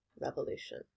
revolution